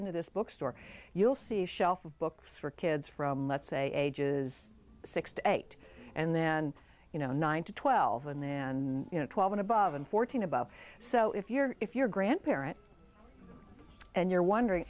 into this bookstore you'll see a shelf of books for kids from let's say ages six to eight and then you know nine to twelve and then you know twelve and above and fourteen about so if you're if you're a grandparent and you're wondering